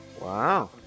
Wow